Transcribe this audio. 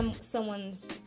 someone's